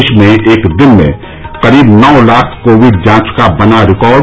देश में एक दिन में करीब नौ लाख कोविड जांच का बना रिकार्ड